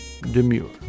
Demure